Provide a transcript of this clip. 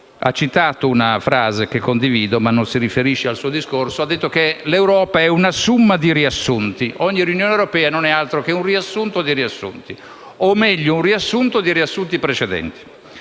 ha citato una frase, che condivido, ma non si riferisce al suo discorso: ha detto che l'Europa è una *summa* di riassunti. Ogni riunione europea non è altro che un riassunto dei riassunti precedenti.